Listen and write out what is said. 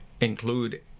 include